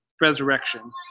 resurrection—